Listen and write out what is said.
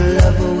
love